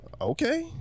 okay